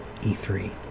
E3